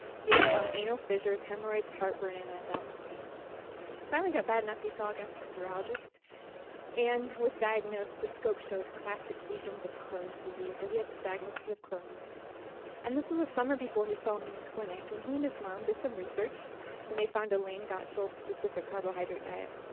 he had anal fissures, hemorrhoids, heartburn and abdominal pain. he finally got bad enough, he saw a gastroenterologist and was diagnosed. the scope showed classic lesions of crohn's disease. so he had diagnosis of crohn's and this is the summer before he saw me in clinic. and, he and his mom did some research and they found elaine gottschall's specific carbohydrate diet,